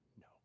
No